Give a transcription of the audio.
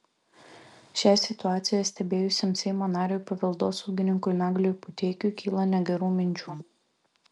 šią situaciją stebėjusiam seimo nariui paveldosaugininkui nagliui puteikiui kyla negerų minčių